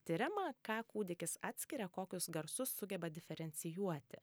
tiriama ką kūdikis atskiria kokius garsus sugeba diferencijuoti